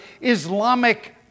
Islamic